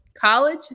college